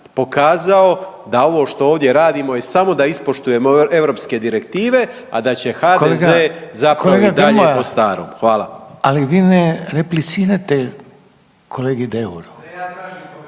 pokazao da ovo što ovdje radimo je samo da ispoštujemo europske direktive, a da će HDZ zapravo i dalje po starom. Hvala. **Reiner, Željko (HDZ)**